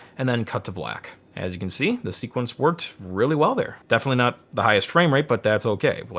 and then cut to black. as you can see the sequence worked really well there. definitely not the highest frame rate but that's okay. but